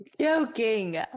joking